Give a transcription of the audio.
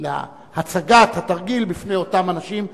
להצגת התרגיל בפני אותם אנשים,